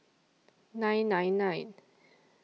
nine nine nine